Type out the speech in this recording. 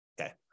Okay